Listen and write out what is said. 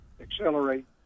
accelerate